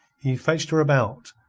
he fetched her about,